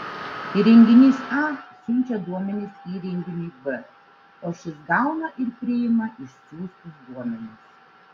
įrenginys a siunčia duomenis įrenginiui b o šis gauna ir priima išsiųstus duomenis